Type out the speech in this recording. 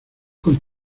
con